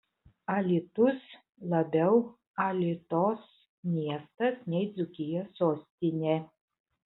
alytus labiau alitos miestas nei dzūkijos sostinė